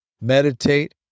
meditate